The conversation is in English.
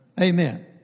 Amen